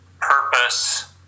purpose